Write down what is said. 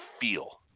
feel